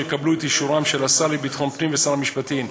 שיקבלו את אישורם של השר לביטחון הפנים ושר המשפטים,